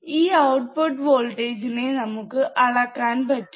ഈ output voltage നെ നമുക്ക് അളക്കാൻ പറ്റും